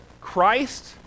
Christ